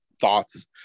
thoughts